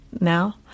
now